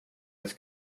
ett